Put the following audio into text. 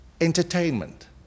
entertainment